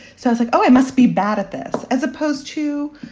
sounds like, oh, it must be bad at this as opposed to